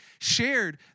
shared